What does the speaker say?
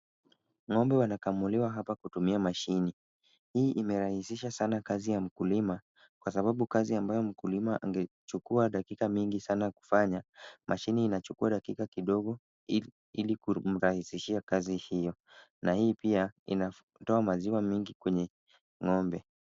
Ng'ombe wanakamuliwa hapa kutumia mashini. Hii imerahisisha sana kazi ya mkulima kwa sababu kazi ambayo mkulima angechukua dakika mingi sana kufanya, mashini inachukua dakika kidogo ili kumrahisishia kazi hio. Na hii pia inatoa maziwa mingi kwenye ng'ombe.